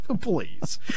Please